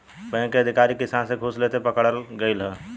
bank के अधिकारी किसान से घूस लेते पकड़ल गइल ह